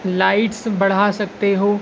lights بڑھا سکتے ہو